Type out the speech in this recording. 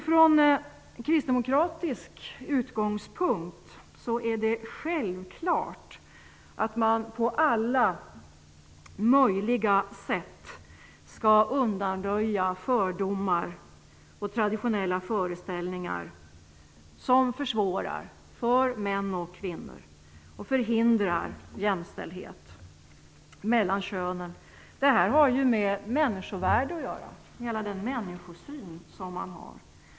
Från kristdemokratisk utgångspunkt är det självklart att man på alla möjliga sätt skall undanröja fördomar och traditionella föreställningar som försvårar för män och kvinnor och förhindrar jämställdhet mellan könen. Det har med människovärde och hela ens människosyn att göra.